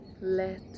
let